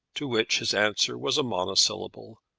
to which his answer was a monosyllable,